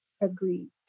Agreed